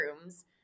rooms